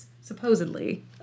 supposedly